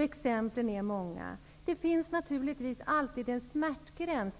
Exemplen är många. Det finns dock alltid en smärtgräns.